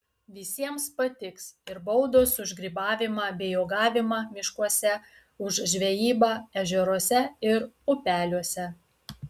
visiems patiks ir baudos už grybavimą bei uogavimą miškuose už žvejybą ežeruose ir upeliuose